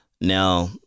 Now